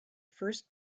first